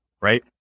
Right